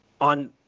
on